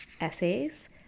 essays